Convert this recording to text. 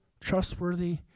trustworthy